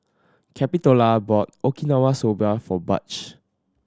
Capitola bought Okinawa Soba for Butch